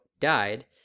died